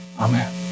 Amen